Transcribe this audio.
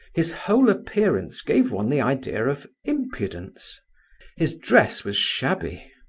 his whole appearance gave one the idea of impudence his dress was shabby.